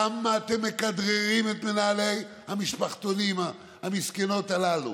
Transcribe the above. כמה אתם מכדררים את מנהלות המשפחתונים המסכנות הללו,